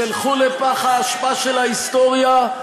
ילכו לפח האשפה של ההיסטוריה,